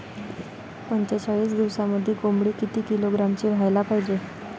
पंचेचाळीस दिवसामंदी कोंबडी किती किलोग्रॅमची व्हायले पाहीजे?